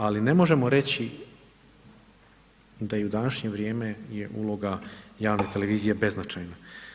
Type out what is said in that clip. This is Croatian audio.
Ali, ne možemo reći da i u današnje vrijeme je uloga javnih televizija beznačajna.